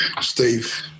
Steve